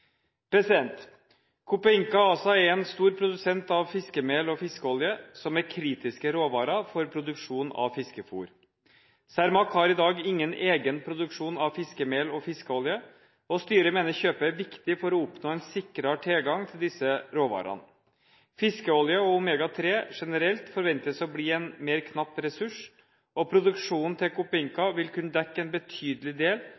Copeinca ASA er en stor produsent av fiskemel og fiskeolje som er kritiske råvarer for produksjon av fiskefôr. Cermaq har i dag ingen egen produksjon av fiskemel og fiskeolje, og styret mener kjøpet er viktig for å oppnå en sikrere tilgang til disse råvarene. Fiskeolje og omega 3 generelt forventes å bli en mer knapp ressurs, og produksjonen til Copeinca vil kunne dekke en betydelig del